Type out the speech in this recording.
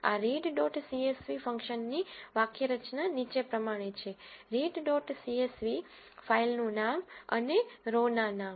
આ read dot CSV ફંક્શનની વાક્યરચના નીચે પ્રમાણે છે રીડ ડોટ સીએસવી ફાઇલનું નામ અને રો નાં નામ